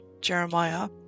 Jeremiah